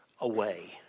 away